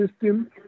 system